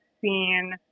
seen